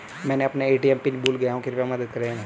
मैं अपना ATM pin भूल गया हूँ कृपया मदद करें